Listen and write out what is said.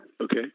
Okay